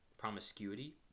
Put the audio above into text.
promiscuity